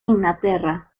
inglaterra